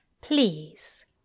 Please